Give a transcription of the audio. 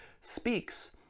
speaks